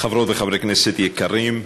חברות וחברי כנסת יקרים,